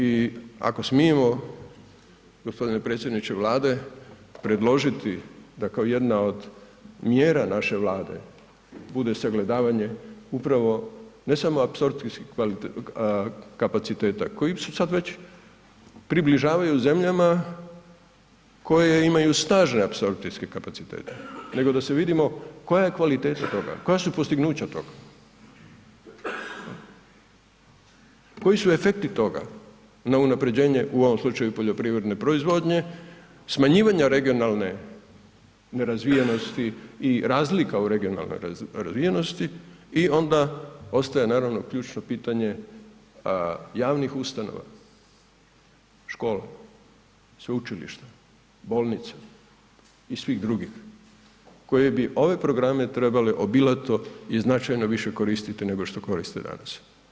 I ako smijemo gospodine predsjedniče Vlade predložiti da kao jedna od mjera naše Vlade bude sagledavanje upravo ne samo apsorpcijskih kapaciteta koje su sada već približavaju zemljama koje imaju staža apsorpcijske kapacitete nego da se vidimo koja je kvaliteta toga, koja su postignuća toga, koji su efekti toga na unapređenje u ovom slučaju poljoprivredne proizvodnje, smanjivanja regionalne nerazvijenosti i razlika u regionalnoj razvijenosti i onda ostaje naravno ključno pitanje javnih ustanova, škole, sveučilišta, bolnica i svih drugih koji bi ove programe trebale obilato i značajno više koristiti nego što koriste danas.